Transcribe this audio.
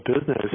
business